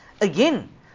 again